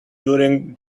during